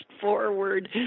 forward